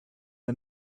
and